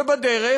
ובדרך